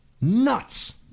nuts